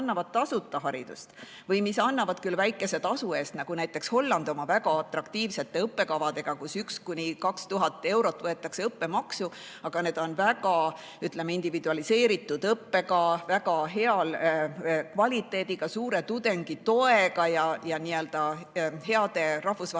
mis annavad tasuta haridust või mis annavad seda väikese tasu eest, nagu näiteks Holland oma väga atraktiivsete õppekavadega, kus 1000–2000 eurot võetakse õppemaksu, aga on väga, ütleme, individualiseeritud õpe, väga hea kvaliteediga, suure tudengitoega ja heade rahvusvaheliste